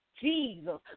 Jesus